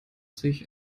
sich